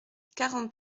quarante